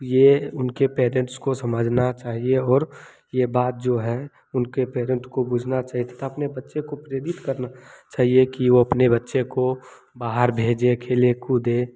यह उनके पेरेंट्स को समझना चाहिए और यह बात जो है उनके पेरेंट्स को बूझना चाहिए तथा अपने बच्चे को प्रेरित करना चाहिए कि वह अपने बच्चे को बाहर भेजें खेलने कूदने